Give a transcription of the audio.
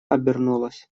обернулась